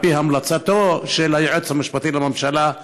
על פי המלצתו של היועץ המשפטי לממשלה.